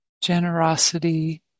generosity